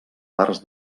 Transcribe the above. parts